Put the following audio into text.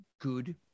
good